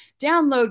Download